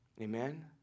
Amen